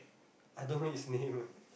I dunno his name eh